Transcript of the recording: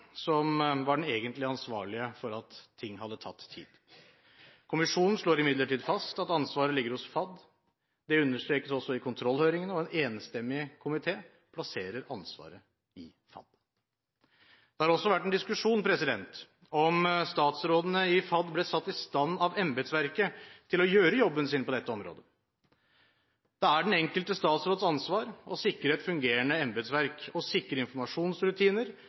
som var den ansvarlige for at ting hadde tatt tid. Kommisjonen slår imidlertid fast at ansvaret ligger hos FAD. Det understrekes også i kontrollhøringene, og en enstemmig komité plasserer ansvaret i FAD. Det har også vært en diskusjon om statsrådene i FAD ble satt i stand av embetsverket til å gjøre jobben sin på dette området. Det er den enkelte statsråds ansvar å sikre et fungerende embetsverk og informasjonsrutiner